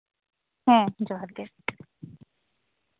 ᱦᱮᱸ ᱡᱚᱦᱟᱨ ᱜᱮ